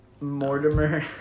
Mortimer